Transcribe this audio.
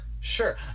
Sure